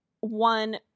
one